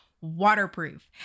waterproof